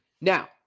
Now